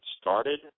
started